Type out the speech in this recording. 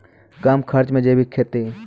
कम खर्च मे जैविक खेती?